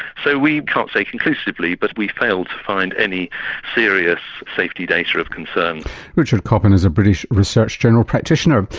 so we can't say conclusively but we failed to find any serious safety data of concern. richard coppin is a british research general practitioner.